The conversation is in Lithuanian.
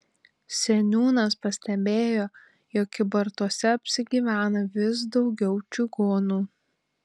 seniūnas pastebėjo jog kybartuose apsigyvena vis daugiau čigonų